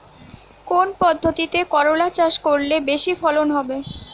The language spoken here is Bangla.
কোন পদ্ধতিতে করলা চাষ করলে বেশি ফলন হবে?